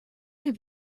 have